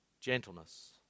gentleness